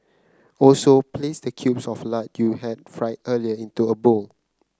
also place the cubes of lard you had fried earlier into a bowl